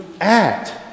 act